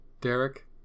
Derek